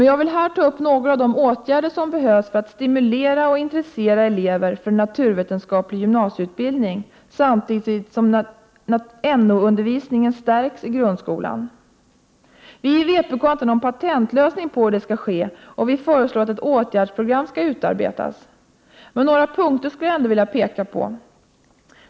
Jag vill här ta upp några av de åtgärder som behövs för att stimulera och intressera elever för en naturvetenskaplig gymnasieutbildning samtidigt som NO-undervisningen stärks i grundskolan. Vi i vpk har inte någon patentlösning på hur detta skall ske, och vi föreslår att ett åtgärdsprogram skall utarbetas. Men några punkter skulle jag ändå vilja peka på.